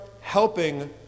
helping